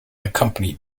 accompanied